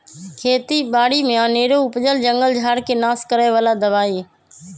खेत बारि में अनेरो उपजल जंगल झार् के नाश करए बला दबाइ